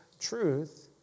truth